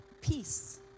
peace